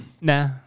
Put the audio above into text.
Nah